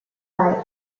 bite